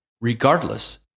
Regardless